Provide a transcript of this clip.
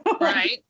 right